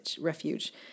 refuge